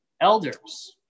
elders